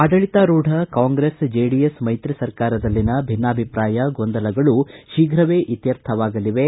ಆಡಳಿತಾರೂಢ ಕಾಂಗ್ರೆಸ್ ಜೆಡಿಎಸ್ ಮೈತ್ರಿ ಸರ್ಕಾರದಲ್ಲಿನ ಭಿನ್ನಾಭಿಪ್ರಾಯ ಗೊಂದಲಗಳು ಶೀಘವೇ ಇತ್ಯರ್ಥವಾಗಲಿವೆ